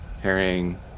carrying